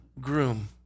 groom